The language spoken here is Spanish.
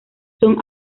son